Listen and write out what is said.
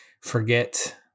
forget